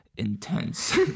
intense